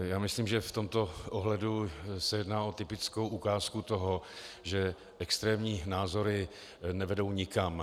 Já myslím, že v tomto ohledu se jedná o typickou ukázku toho, že extrémní názory nevedou nikam.